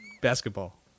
Basketball